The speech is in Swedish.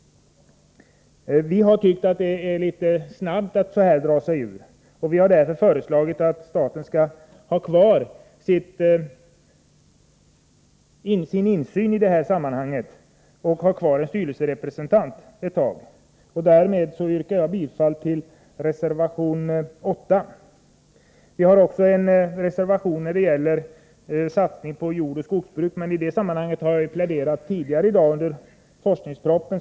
Vi har tyckt att det är litet snabbt agerat att så här dra sig ur. Vi har därför föreslagit att staten skall ha kvar sin insyn och ha kvar en styrelserepresentant en tid. Jag yrkar härmed bifall till reservation 8. Vi har också reserverat oss när det gäller satsning på jordoch skogsbruk, men i dessa frågor har jag ju pläderat tidigare här i dag under debatten om forskningspropositionen.